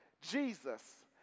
Jesus